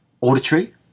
Auditory